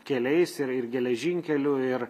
keliais ir ir geležinkeliu ir